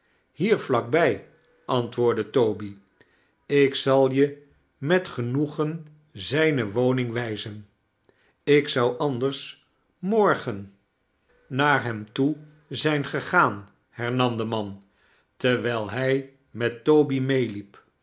hier vlak bij antwoordde toby ik zal je met genoegen zijne woning wijzen ik zou anders morgen naar hem toe zijn gegaan hernam de man terwijl hij met toby